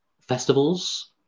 festivals